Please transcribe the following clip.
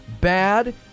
bad